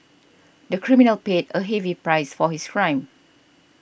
the criminal paid a heavy price for his crime